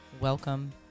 Welcome